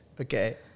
Okay